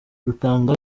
rutanga